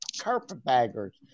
carpetbaggers